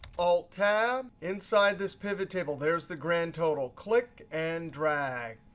alt-tab. inside this pivot table, there's the grand total. click and drag.